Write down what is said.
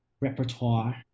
repertoire